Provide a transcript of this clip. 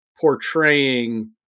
portraying